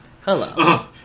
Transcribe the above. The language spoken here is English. Hello